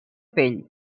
pell